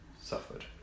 suffered